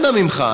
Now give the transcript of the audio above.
אנא ממך,